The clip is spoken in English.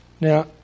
Now